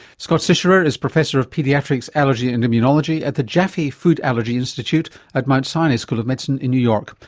scott sicherer is professor of paediatrics, allergy and immunology at the jaffe food allergy institute at mount sinai school of medicine in new york.